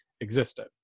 existed